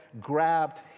grabbed